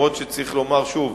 אף-על-פי שצריך לומר, שוב: